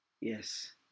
Yes